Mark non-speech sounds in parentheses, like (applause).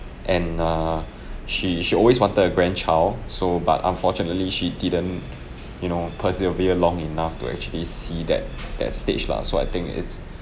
and err (breath) she she always wanted a grandchild so but unfortunately she didn't (breath) you know persevere long enough to actually see that that stage lah so I think it's